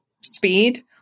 speed